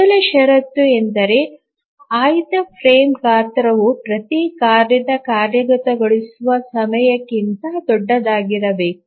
ಮೊದಲ ಷರತ್ತು ಎಂದರೆ ಆಯ್ದ ಫ್ರೇಮ್ ಗಾತ್ರವು ಪ್ರತಿ ಕಾರ್ಯದ ಕಾರ್ಯಗತಗೊಳಿಸುವ ಸಮಯಕ್ಕಿಂತ ದೊಡ್ಡದಾಗಿರಬೇಕು